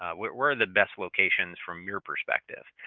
ah where are the best locations from your perspective?